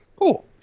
cool